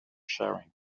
sharing